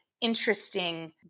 interesting